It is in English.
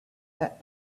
that